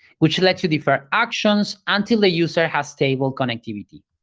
which lets you defer actions until the user has stable connectivity.